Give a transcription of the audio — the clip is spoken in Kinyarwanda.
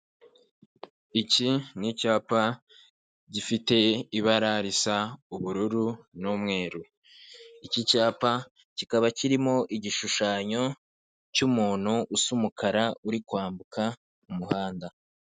Iki ni icyapa gifite ibara risa ubururu n'umweru. Iki cyapa kikaba kirimo igishushanyo cy'umuntu usa umukara uri kwambuka umuhanda.